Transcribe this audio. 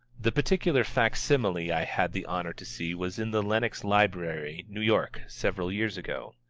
the particular fac-simile i had the honor to see was in the lenox library, new york, several years ago.